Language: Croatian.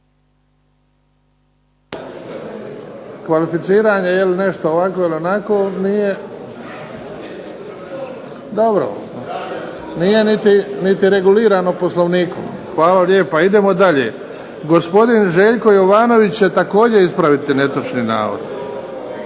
kvalificiranje jel nešto ovako ili onako nije regulirano POslovnikom. Hvala lijepo. Idemo dalje. Gospodin Željko Jovanović također će ispraviti netočan navod.